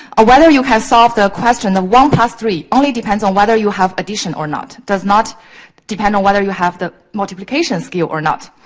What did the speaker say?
ah whether you can solve the question, the one plus three, only depends on whether you have addition or not. does not depend on whether you have the multiplication skill or not.